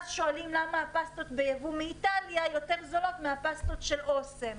שאז שואלים למה הפסטות ביבוא מאיטליה יותר זולות מהפסטות של אוסם.